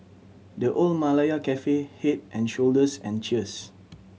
The Old Malaya Cafe Head and Shoulders and Cheers